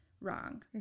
wrong